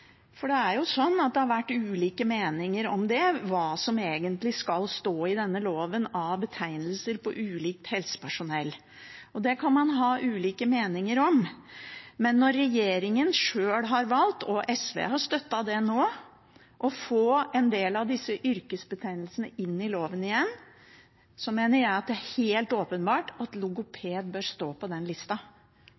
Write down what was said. for det har vært ulike meninger om hva som egentlig skal stå i denne loven av betegnelser på ulikt helsepersonell. Det kan man ha ulike meninger om, men når regjeringen sjøl har valgt, og SV har støttet det nå, å få en del av disse yrkesbetegnelsene inn i loven igjen, da mener jeg at det er helt åpenbart at